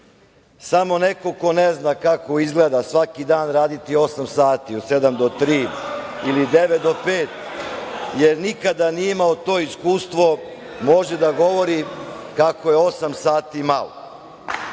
Samo neko ko ne zna kako izgleda svaki dan raditi osam sati, od 7 do 15 ili 9 do 17 časova, jer nikada nije imao to iskustvo, može da govori kako je osam sati malo.